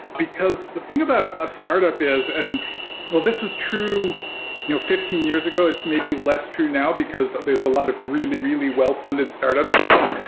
because the thing about a startup is and this was true you know fifteen years ago. it's may be less true now because there's a lot of really, really well-funded startups now.